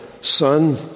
Son